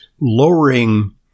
lowering